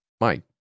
Mike